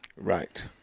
Right